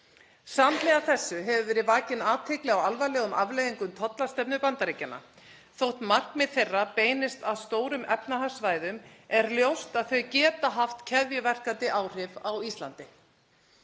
Samhliða þessu hefur verið vakin athygli á alvarlegum afleiðingum tollastefnu Bandaríkjanna. Þótt markmið þeirra beinist að stórum efnahagssvæðum er ljóst að þau geta haft keðjuverkandi áhrif á Íslandi.